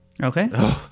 Okay